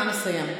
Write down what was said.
נא לסיים.